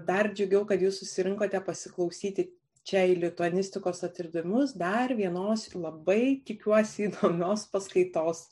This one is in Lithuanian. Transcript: dar džiugiau kad jūs susirinkote pasiklausyti čia į lituanistikos atradimus dar vienos labai tikiuosi įdomios paskaitos